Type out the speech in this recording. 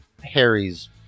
Harry's